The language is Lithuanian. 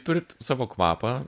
turit savo kvapą